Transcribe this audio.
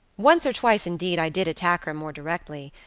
once or twice, indeed, i did attack her more directly.